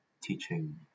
teaching